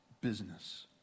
business